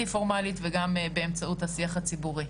פורמאלית וגם באמצעות השיח הציבורי.